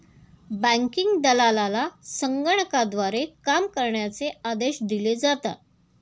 banking दलालाला संगणकाद्वारे काम करण्याचे आदेश दिले जातात